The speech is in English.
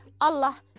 Allah